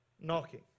knocking